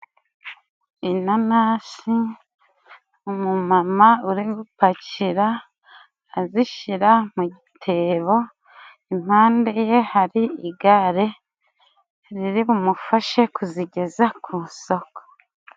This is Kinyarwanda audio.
Inanasi, umumama urigupakira azishyira mu gitebo . Impande ye hari igare riri bumufashe kuzigeza ku isoko.